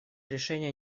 решение